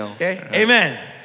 Amen